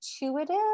intuitive